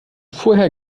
vorher